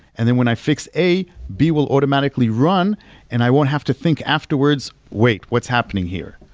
and then when i fix a, b will automatically run and i won't have to think afterwards, wait, what's happening here?